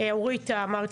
אתם מכירים את